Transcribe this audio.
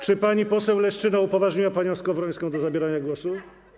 Czy pani poseł Leszczyna upoważniła panią Skowrońską do zabierania głosu?